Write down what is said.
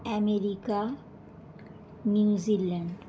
America New Zealand